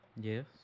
yes